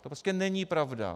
To prostě není pravda.